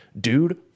dude